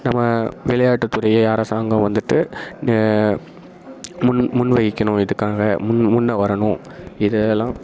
நம்ம விளையாட்டுத்துறை அரசாங்கம் வந்துவிட்டு நெ முன் முன் வைக்கணும் இதுக்காக முன் முன்னே வரணும் இதெலாம்